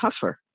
tougher